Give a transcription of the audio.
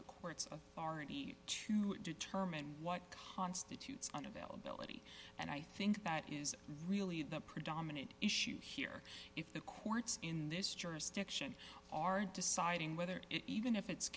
of are ready to determine what constitutes an availability and i think that is really the predominant issue here if the courts in this jurisdiction are deciding whether even if it's